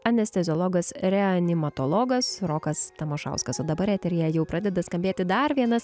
anesteziologas reanimatologas rokas tamašauskas o dabar eteryje jau pradeda skambėti dar vienas